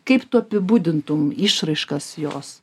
kaip tu apibūdintum išraiškas jos